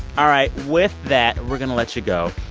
all right. with that, we're going to let you go.